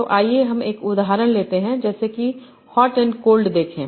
तो आइए हम एक उदाहरण लेते हैं जैसे कि हॉट एंड कोल्ड देखें